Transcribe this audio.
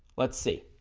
let's see